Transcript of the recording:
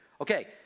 Okay